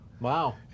Wow